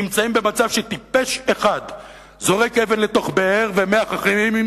נמצאים במצב שטיפש אחד זורק אבן לתוך באר ו-מאה אחרים,